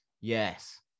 Yes